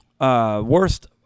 worst